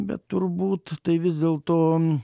bet turbūt tai vis dėlto